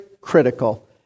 critical